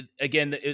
again